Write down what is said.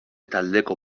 taldeko